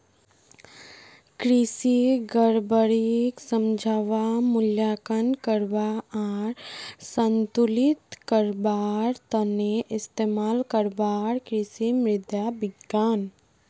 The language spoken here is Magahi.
कृषि गड़बड़ीक समझवा, मूल्यांकन करवा आर संतुलित करवार त न इस्तमाल करवार कृषि मृदा विज्ञान